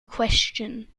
question